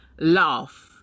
laugh